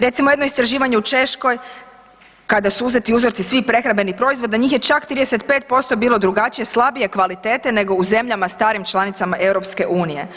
Recimo jedno istraživanje u Češkoj kada su uzeti uzorci svih prehrambenih proizvoda, njih je čak 35% bilo drugačije, slabije kvalitete nego u zemljama starim članicama EU.